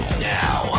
Now